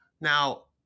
Now